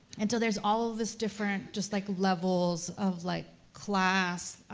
and so there's all this different, just like levels of like class,